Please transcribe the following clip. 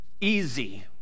easy